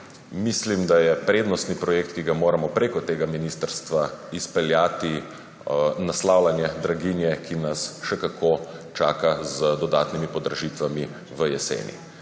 Mislim, da je prednostni projekt, ki ga moramo prek tega ministrstva izpeljati, naslavljanje draginje, ki nas še kako čaka z dodatnimi podražitvami v jeseni.